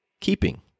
keeping